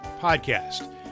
podcast